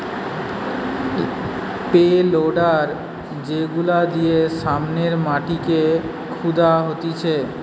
pay loader যেগুলা দিয়ে সামনের মাটিকে খুদা হতিছে